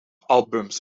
albums